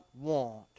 want